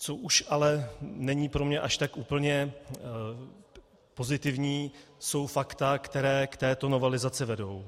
Co už ale není pro mě až tak úplně pozitivní, jsou fakta, která k této novelizaci vedou.